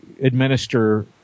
administer